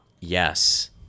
yes